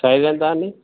size ఎంత అండి